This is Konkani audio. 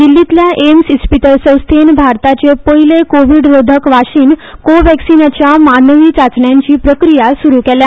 दिल्लीतल्या एम्स इस्पितळ संस्थेन भारताचें पयले कोविडरोधक वाशिन कोव्हॅक्सीनाच्या मानवी चाचण्यांची प्रक्रिया सुरू केल्या